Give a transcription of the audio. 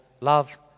love